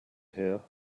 here